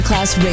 Class